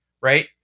Right